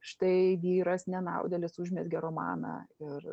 štai vyras nenaudėlis užmezgė romaną ir